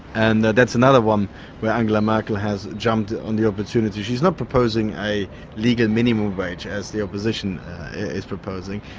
and that's another one where angela merkel has jumped on the opportunity. she is not proposing a legal minimum wage, as the opposition is proposing,